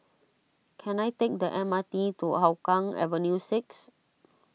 can I take the M R T to Hougang Avenue six